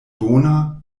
bona